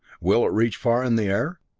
will it reach far in the air?